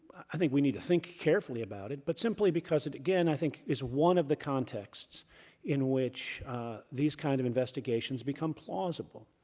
i think we need to think carefully about it, but simply because again, i think is one of the contexts in which these kind of investigations become plausible.